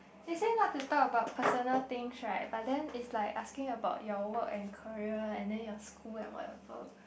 they say not to talk about personal things right but then is like asking you about your work and career and then your school and whatever